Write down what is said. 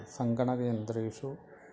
सङ्गणकयन्त्रेषु